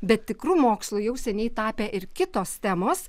bet tikru mokslu jau seniai tapę ir kitos temos